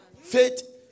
Faith